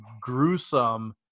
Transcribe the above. gruesome